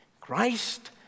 Christ